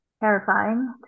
terrifying